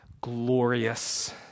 glorious